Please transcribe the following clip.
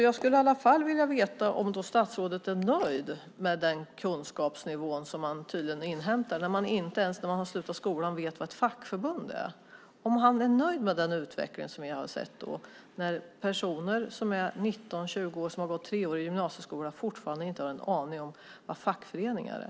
Jag skulle i alla fall vilja veta om statsrådet är nöjd med den kunskapsnivå som man tydligen uppnår när man inte ens vet vad ett fackförbund är när man har slutat skolan. Är han nöjd med den utveckling som vi har sett där personer som är 19-20 år och har gått treårig gymnasieskola fortfarande inte har en aning om vad fackföreningar är?